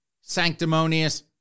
sanctimonious